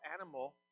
animal